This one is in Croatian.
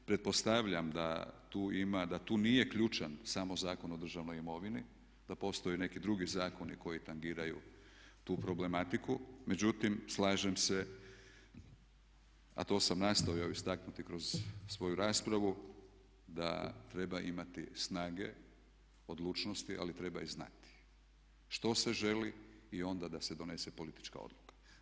Pretpostavljam da tu ima, da tu nije ključan samo Zakon o državnoj imovini, da postoje neki drugi zakoni koji tangiraju tu problematiku, međutim slažem se a to sam nastojao istaknuti kroz svoju raspravu da treba imati snage, odlučnosti ali treba i znati što se želi i onda da se donese politička odluka.